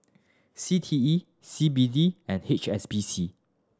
C T E C B D and H S B C